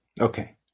Okay